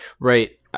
Right